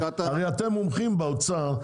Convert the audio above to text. הרי אתם מומחים באוצר.